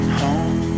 home